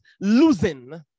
losing